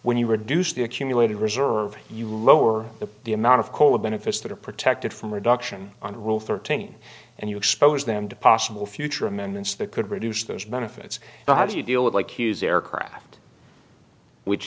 when you reduce the accumulated reserve you lower the the amount of cola benefits that are protected from reduction on rule thirteen and you expose them to possible future amendments that could reduce those benefits and how do you deal with like his aircraft which